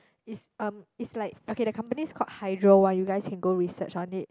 is um is like okay the company is called Hydro One you guys can go research on it